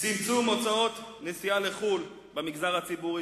צמצום הוצאות נסיעה לחו"ל במגזר הציבורי,